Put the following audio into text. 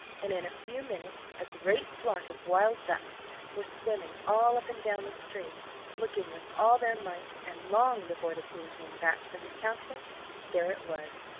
and in a few minutes a great flock of wild ducks were swimming all up and down the stream looking with all their might, and long before the king came back from his council there it was,